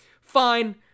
Fine